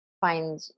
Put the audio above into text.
find